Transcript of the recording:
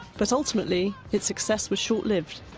but ultimately, its success was short-lived.